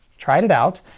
tried it out.